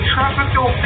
Tropical